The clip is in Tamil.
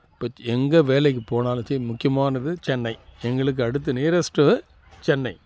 இப்போக்கி எங்கள் வேலைக்கு போனாலுத்தே முக்கியமானது சென்னை எங்களுக்கு அடுத்து நியரஸ்ட்டு சென்னை